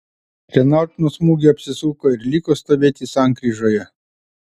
renault nuo smūgio apsisuko ir liko stovėti sankryžoje